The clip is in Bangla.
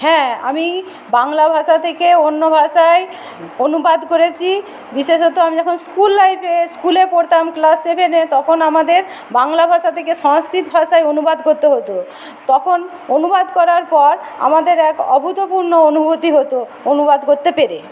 হ্যাঁ আমি বাংলা ভাষা থেকে অন্য ভাষায় অনুবাদ করেছি বিশেষত আমি যখন স্কুল লাইফে স্কুলে পড়তাম ক্লাস সেভেনে তখন আমাদের বাংলা ভাষা থেকে সংস্কৃত ভাষায় অনুবাদ করতে হত তখন অনুবাদ করার পর আমাদের এক অভূতপূর্ণ অনুভূতি হত অনুবাদ করতে পেরে